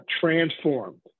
transformed